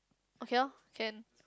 okay loh can